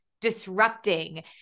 disrupting